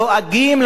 בלוינסקי,